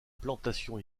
plantations